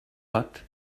but